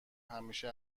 همیشه